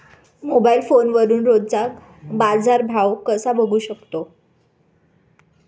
Mobile फोनवरून रोजचा बाजारभाव कसा बघू शकतो?